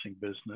business